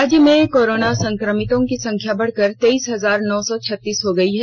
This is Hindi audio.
राज्य में कोरोना संक्रमितों की संख्या बढ़कर तेईस हजार नौ सौ छत्तीस हो गयी है